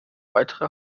weitere